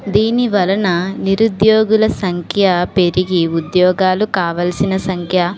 దీనివలన నిరుద్యోగుల సంఖ్య పెరిగి ఉద్యోగాలు కావలసిన సంఖ్య రోజు